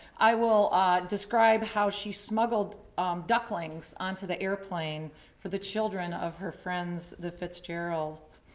i will describe how she smuggled ducklings onto the airplane for the children of her friends, the fitzgeralds.